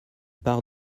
part